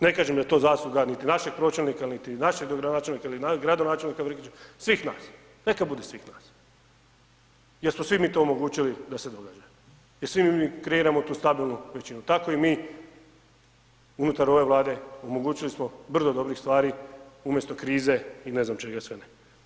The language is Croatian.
Ne kažem da je to zasluga našeg pročelnika niti našeg dogradonačelnika ili gradonačelnika …/nerazumljivo/… svih nas, neka bude svih nas, jer smo svi mi to omogućili da se događa, jer svi mi kreiramo tu stabilnu većinu tako i mi unutar ove Vlade omogućili smo brdo dobrih stvari umjesto krize i ne znam čega sve ne.